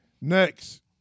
Next